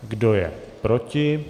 Kdo je proti?